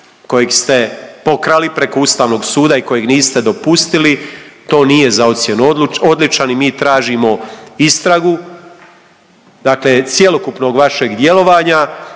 kojeg ste pokrali preko Ustavnog suda i kojeg niste dopustili to nije za ocjenu odličan i mi tražimo istragu. Dakle cjelokupnog vašeg djelovanja